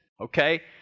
okay